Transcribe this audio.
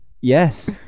yes